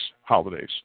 holidays